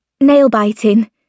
Nail-biting